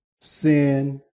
sin